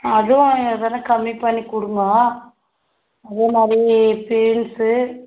அதுவும் வில கம்மி பண்ணிக் கொடுங்கோ அதே மாதிரி பீன்ஸ்ஸு